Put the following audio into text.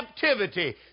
captivity